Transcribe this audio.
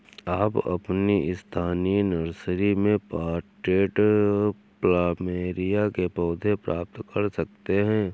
आप अपनी स्थानीय नर्सरी में पॉटेड प्लमेरिया के पौधे प्राप्त कर सकते है